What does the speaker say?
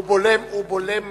הוא בולם זרמים.